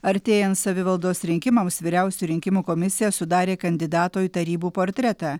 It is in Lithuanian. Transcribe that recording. artėjant savivaldos rinkimams vyriausioji rinkimų komisija sudarė kandidato tarybų portretą